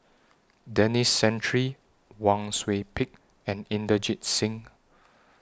Denis Santry Wang Sui Pick and Inderjit Singh